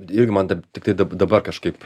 irgi man tiktai dabar kažkaip